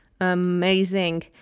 Amazing